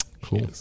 Cool